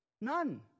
none